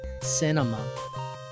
cinema